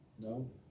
No